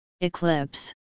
eclipse